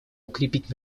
укрепить